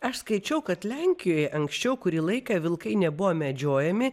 aš skaičiau kad lenkijoje anksčiau kurį laiką vilkai nebuvo medžiojami